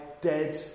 dead